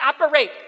operate